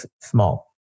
small